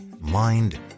mind